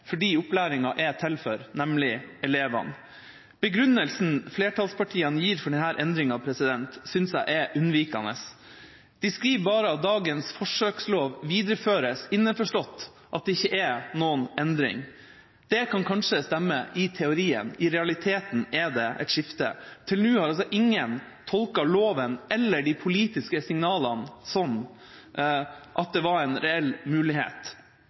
opplæringa er til for, nemlig elevene. Begrunnelsen flertallspartiene gir for denne endringa, synes jeg er unnvikende. De skriver bare at dagens forsøkslov videreføres – underforstått at det ikke er noen endring. Det kan kanskje stemme i teorien. I realiteten er det et skifte. Til nå har altså ingen tolket loven eller de politiske signalene som at det var en reell mulighet.